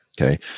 Okay